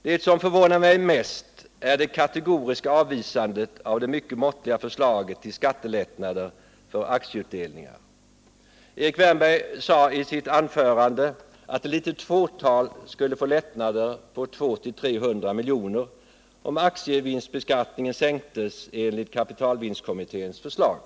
Det som förvånar mig mest är det kategoriska avvisandet av det mycket måttliga förslaget om skattelättnader beträffande aktieutdelningar. Erik Wärnberg sade i sitt anförande att ett litet fåtal skulle få lättnader på 200-300 milj.kr., om aktievinstbeskattningen sänktes enligt kapitalvinstkommitténs förslag.